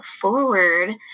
forward